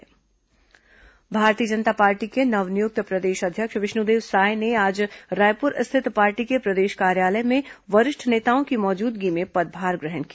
विष्णु देव साय पदभार ग्रहण भारतीय जनता पार्टी के नव नियुक्त प्रदेश अध्यक्ष विष्णुदेव साय ने आज रायपुर स्थित पार्टी के प्रदेश कार्यालय में वरिष्ठ नेताओं की मौजूदगी में पदभार ग्रहण किया